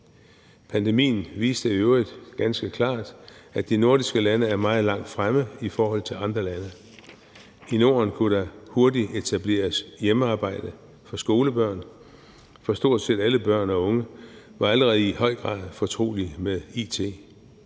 Pandemien viste i øvrigt ganske klart, at de nordiske lande er meget langt fremme i forhold til andre lande. I Norden kunne der hurtigt etableres hjemmearbejde for skolebørn, for stort set alle børn og unge var allerede i høj grad fortrolige med it.